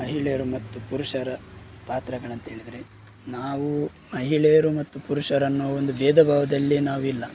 ಮಹಿಳೆಯರು ಮತ್ತು ಪುರುಷರ ಪಾತ್ರಗಳಂತ ಹೇಳಿದರೆ ನಾವು ಮಹಿಳೆಯರು ಮತ್ತು ಪುರುಷರನ್ನು ಒಂದು ಭೇದಭಾವದಲ್ಲಿ ನಾವಿಲ್ಲ